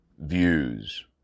Views